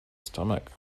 stomach